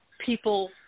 people